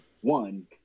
One